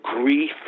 grief